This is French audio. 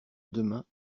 demain